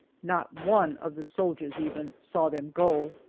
not one of the soldiers, even, saw them go.